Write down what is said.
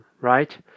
right